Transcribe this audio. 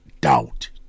doubt